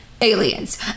aliens